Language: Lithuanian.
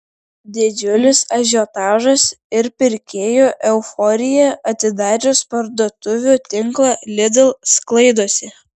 didžiulis ažiotažas ir pirkėjų euforija atidarius parduotuvių tinklą lidl sklaidosi